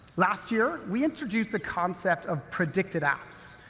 last year we introduced the concept of predicted apps,